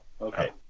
Okay